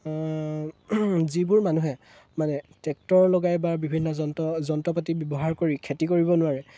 যিবোৰ মানুহে মানে ট্ৰেক্টৰ লগাই বা বিভিন্ন যন্ত্ৰপাতি ব্যৱহাৰ কৰি খেতি কৰিব নোৱাৰে